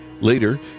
Later